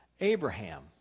Abraham